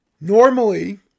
Normally